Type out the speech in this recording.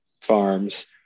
farms